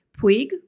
Puig